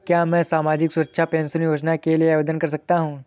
क्या मैं सामाजिक सुरक्षा पेंशन योजना के लिए आवेदन कर सकता हूँ?